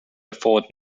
afford